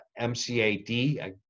MCAD